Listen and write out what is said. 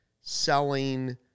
selling